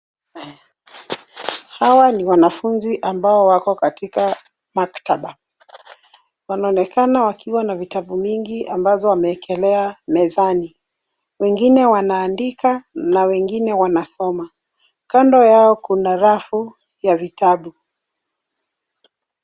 Hawa ni wanafunzi ambao wako katika maktaba. Wanaonekana wakiwa na vitabu mingi ambazo wamewekelea mezani. Wengine wanaandika na wengine wanasoma. Kando yao kuna rafu ya vitabu.